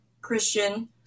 Christian